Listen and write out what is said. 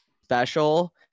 special